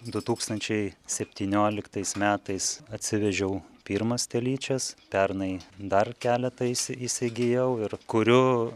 du tūkstančiai septynioliktais metais atsivežiau pirmas telyčias pernai dar keletą įsi įsigijau ir kuriu